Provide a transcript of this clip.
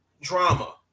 drama